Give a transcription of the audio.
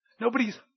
Nobody's